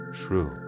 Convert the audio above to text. true